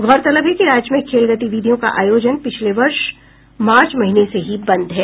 गौरतलब है कि राज्य में खेल गतिविधियों का आयोजन पिछले वर्ष मार्च महीने से ही बंद है